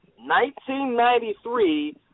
1993